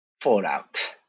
fallout